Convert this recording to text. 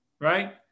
right